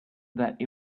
that